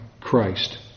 Christ